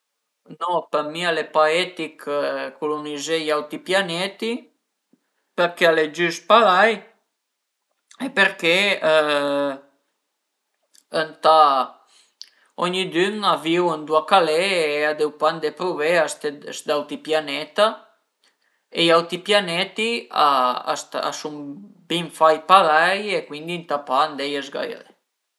No për mi al e pa etich culunizé i auti pianeti perché al e giüst parei e perché ëntà ognidün a vìu ëndua ch'al e e a deu pa andé pruvé a ste sü d'auti pianeta e i auti pianeti a sun bin fait parei e cuindi ëntà pa andeie zgairé